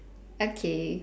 okay